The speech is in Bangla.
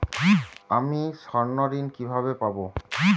আমি স্বর্ণঋণ কিভাবে পাবো?